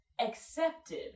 accepted